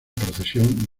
procesión